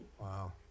Wow